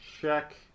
check